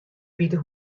wite